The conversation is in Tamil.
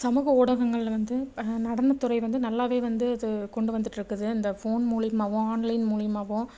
சமூக ஊடகங்களில் வந்து நடனத்துறை வந்து நல்லாவே வந்து அது கொண்டு வந்துட்டிருக்குது இந்த ஃபோன் மூலியமாகவும் ஆன்லைன் மூலியமாகவும்